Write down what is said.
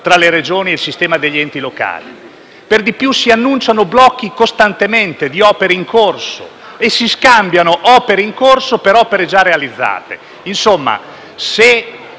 tra le Regioni e il sistema degli enti locali. Per di più, si annunciano costantemente blocchi di opere in corso e si scambiano opere in corso per opere già realizzate.